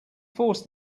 force